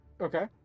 Okay